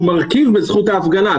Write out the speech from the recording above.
הוא מרכיב בזכות ההפגנה.